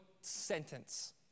sentence